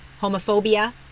homophobia